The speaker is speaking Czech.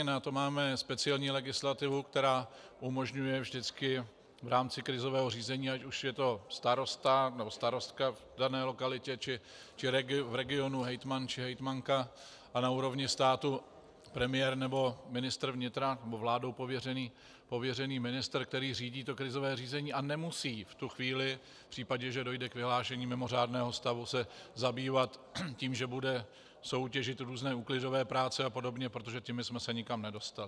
Na to máme speciální legislativu, která umožňuje vždycky v rámci krizového řízení, ať už je to starosta nebo starostka v dané lokalitě, v regionu hejtman či hejtmanka a na úrovni státu premiér nebo ministr vnitra nebo vládou pověřený ministr, který řídí to krizové řízení a nemusí se v tu chvíli v případě, že dojde k vyhlášení mimořádného stavu, zabývat tím, že bude soutěžit různé úklidové práce apod., protože tím bychom se nikam nedostali.